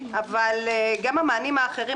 אבל גם המענים האחרים,